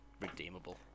redeemable